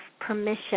permission